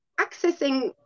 accessing